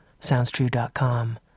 SoundsTrue.com